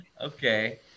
Okay